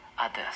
others